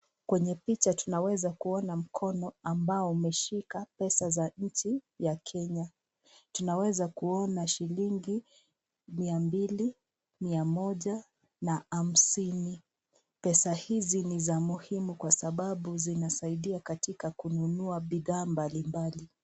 Kwenye picha tunaweza kuona mkono ambao umeshika pesa za nchi ya Kenya. Tunaweza kuona shilingi mia mbili, mia moja na hamsini. Pesa hizi ni za muhimu kwa sababu zinzsaidia katika kununua bidhaa mbali mbali.